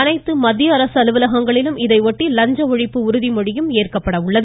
அனைத்து மத்திய அரசு அலுவலகங்களிலும் இதனையொட்டி லஞ்ச ஒழிப்பு உறுதிமொழி ஏற்கப்பட உள்ளது